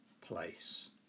place